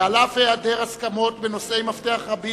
ועל אף העדר הסכמה בנושאי מפתח רבים,